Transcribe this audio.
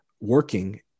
working